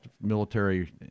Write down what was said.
military